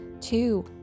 two